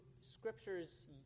Scripture's